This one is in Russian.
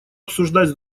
обсуждать